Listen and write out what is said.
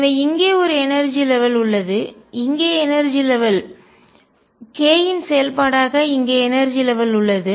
எனவே இங்கே ஒரு எனர்ஜி லெவல் ஆற்றல் மட்டங்கள் உள்ளது இங்கே எனர்ஜி லெவல் ஆற்றல் மட்டங்கள் k இன் செயல்பாடாக இங்கே எனர்ஜி லெவல் ஆற்றல் மட்டங்கள் உள்ளது